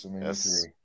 Yes